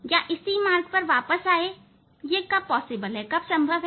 या इसी मार्ग पर वापस आए यह कब संभव है